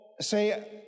say